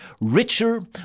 richer